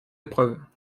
épreuves